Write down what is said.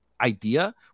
idea